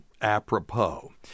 apropos